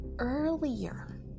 Earlier